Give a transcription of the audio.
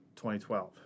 2012